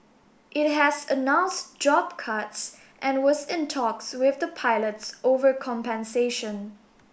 it has announced job cuts and was in talks with the pilots over compensation